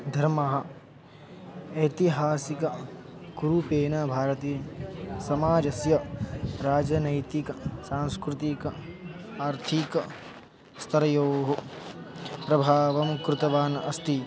धर्मः ऐतिहासिकरूपेण भारतीयसमाजस्य राजनैतिकसांस्कृतिक आर्थिकस्तरयोः प्रभावं कृतवान् अस्ति